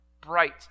bright